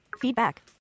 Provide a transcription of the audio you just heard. Feedback